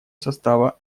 состава